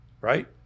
right